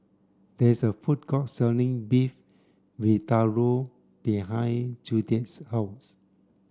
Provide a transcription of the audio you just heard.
there is a food court selling Beef Vindaloo behind Judie's house